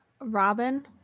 Robin